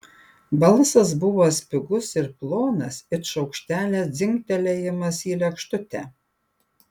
balsas buvo spigus ir plonas it šaukštelio dzingtelėjimas į lėkštutę